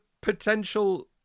potential